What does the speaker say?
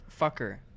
Fucker